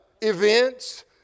events